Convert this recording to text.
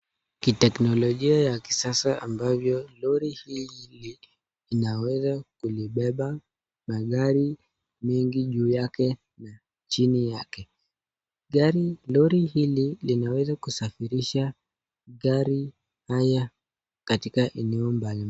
Kiteknolojia ya kisasa ambavyo lori hili linaweza kulibeba magari mengi juu yake na chini yake . Gari, lori hili linaweza kusafirisha gari haya katika eneo mbalimbali.